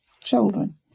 children